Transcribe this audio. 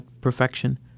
perfection